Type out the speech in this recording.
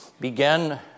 began